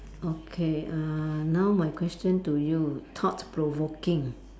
okay uh now my question to you thought provoking